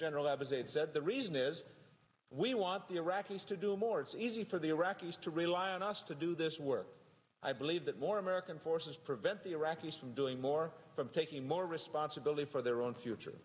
said the reason is we want the iraqis to do more it's easy for the iraqis to rely on us to do this work i believe that more american forces prevent the iraqis from doing more from taking more responsibility for their own future